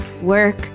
work